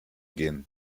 gehen